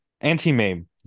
anti-mame